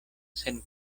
sen